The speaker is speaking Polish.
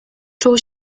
czuł